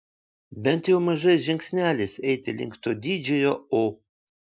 bent jau mažais žingsneliais eiti link to didžiojo o